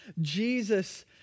Jesus